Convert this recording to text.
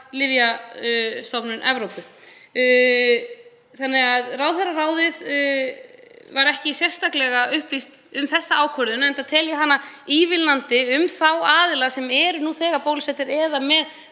Lyfjastofnun Evrópu. Ráðherraráðið var ekki sérstaklega upplýst um þessa ákvörðun enda tel ég hana ívilnandi fyrir þá aðila sem eru nú þegar bólusettir eða með